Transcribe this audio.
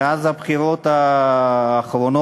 מאז הבחירות האחרונות,